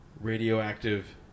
radioactive